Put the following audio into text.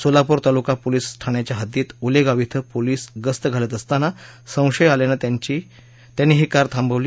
सोलापूर तालुका पोलीस ठाण्याच्या हद्दीत उलेगाव िंध पोलीस गस्त घालत असताना संशय आल्यानं त्यांनी ही कार थांबवली